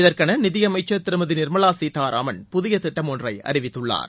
இதற்கென நிதியமைச்சர் திருமதி நிர்மலா சீத்தாராமன் புதிய திட்டம் ஒன்றை அறிவித்துள்ளார்